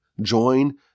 join